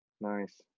Nice